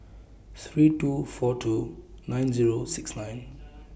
three two four two nine Zero six nine